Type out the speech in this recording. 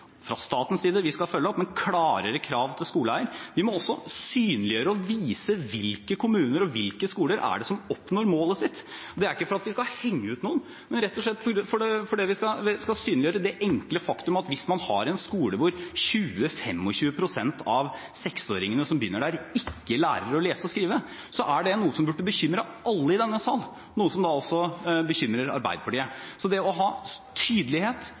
vi også synliggjøre og vise hvilke kommuner og hvilke skoler som oppnår målet sitt. Det er ikke fordi vi skal henge ut noen, men rett og slett fordi vi skal synliggjøre det enkle faktum at hvis man har en skole hvor 20–25 pst. av seksåringene som begynner der, ikke lærer å lese og skrive, er det noe som burde bekymre alle i denne sal – og noe som da også bekymrer Arbeiderpartiet. Så det å ha tydelighet,